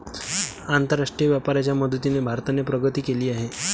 आंतरराष्ट्रीय व्यापाराच्या मदतीने भारताने प्रगती केली आहे